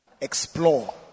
Explore